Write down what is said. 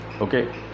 okay